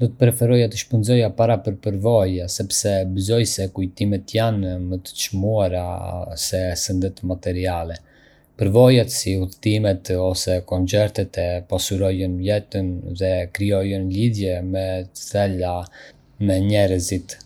Do të preferoja të shpenzoja para për përvoja sepse besoj se kujtimet janë më të çmuara se sendet materiale. Përvojat, si udhëtimet ose koncertet, e pasurojnë jetën dhe krijojnë lidhje më të thella me njerëzit.